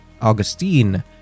Augustine